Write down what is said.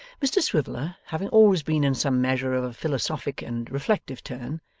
mr swiveller, having always been in some measure of a philosophic and reflective turn,